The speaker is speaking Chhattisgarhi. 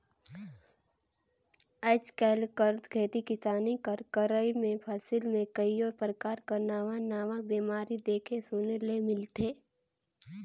आएज काएल कर खेती किसानी कर करई में फसिल में कइयो परकार कर नावा नावा बेमारी देखे सुने ले मिलथे